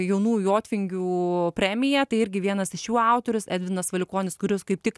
jaunų jotvingių premiją tai irgi vienas iš jų autorius edvinas valikonis kuris kaip tik